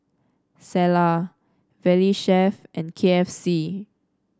Cesar Valley Chef and K F C